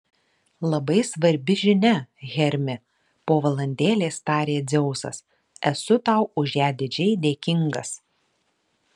labai svarbi žinia hermi po valandėlės tarė dzeusas esu tau už ją didžiai dėkingas